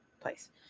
place